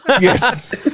Yes